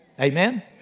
Amen